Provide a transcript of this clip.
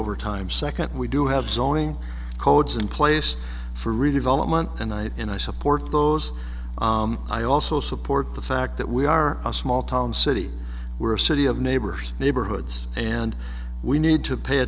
over time second we do have zoning codes in place for redevelopment and i and i support those i also support the fact that we are a small town city we're a city of neighbors neighborhoods and we need to pay